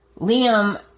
Liam